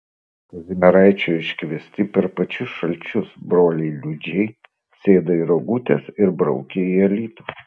kazimieraičio iškviesti per pačius šalčius broliai liudžiai sėda į rogutes ir braukia į alytų